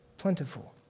plentiful